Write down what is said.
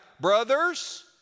brothers